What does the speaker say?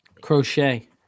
crochet